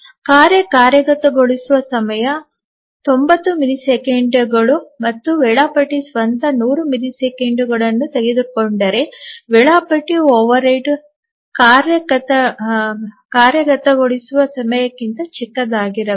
ಕಾರ್ಯ ಕಾರ್ಯಗತಗೊಳಿಸುವ ಸಮಯ 90 ಮಿಲಿಸೆಕೆಂಡುಗಳು ಮತ್ತು ವೇಳಾಪಟ್ಟಿ ಸ್ವತಃ 100 ಮಿಲಿಸೆಕೆಂಡುಗಳನ್ನು ತೆಗೆದುಕೊಂಡರೆ ವೇಳಾಪಟ್ಟಿ ಓವರ್ಹೆಡ್ ಕಾರ್ಯ ಕಾರ್ಯಗತಗೊಳಿಸುವ ಸಮಯಕ್ಕಿಂತ ಚಿಕ್ಕದಾಗಿರಬೇಕು